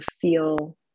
feel